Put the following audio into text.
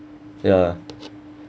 ya